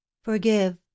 forgive